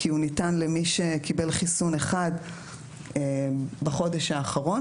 כי הוא ניתן למי שקיבל חיסון אחד בחודש האחרון.